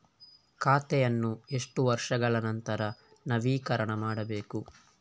ಖಾತೆಯನ್ನು ಎಷ್ಟು ವರ್ಷಗಳ ನಂತರ ನವೀಕರಣ ಮಾಡಬೇಕು?